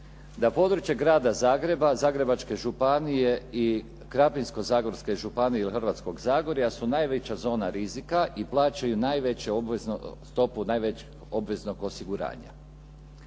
Da područje Grada Zagreba, Zagrebačke županije i Krapinsko-zagorske županije ili Hrvatskog zagorja su najveća zona rizika i plaćaju najveću stopu obveznog osiguranja.